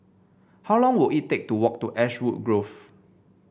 how long will it take to walk to Ashwood Grove